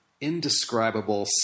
indescribable